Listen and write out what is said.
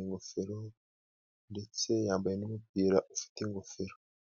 ingofero ndetse yambaye n'umupira ufite ingofero.